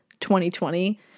2020